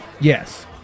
Yes